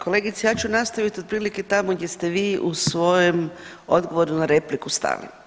Kolegice ja ću nastaviti otprilike tamo gdje ste vi u svojem odgovoru na repliku stali.